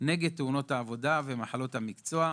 נגד תאונות העבודה ומחלות המקצוע.